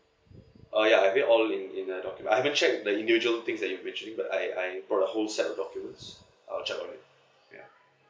uh ya maybe all in in the document I can check the usual things that you were mentioning but I I brought a whole set of documents I'll check on it ya